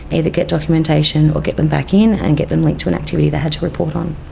either get documentation or get them back in and get them like to an activity they had to report on.